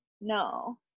No